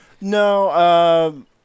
No